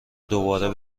دوباره